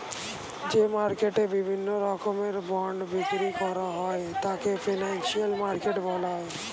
যে মার্কেটে বিভিন্ন রকমের বন্ড বিক্রি করা হয় তাকে ফিনান্সিয়াল মার্কেট বলা হয়